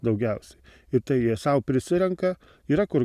daugiausiai ir tai jie sau prisirenka yra kur